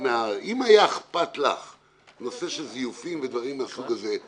אם היה אכפת לך נושא של זיופים ודברים מהסוג הזה,